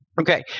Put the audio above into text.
Okay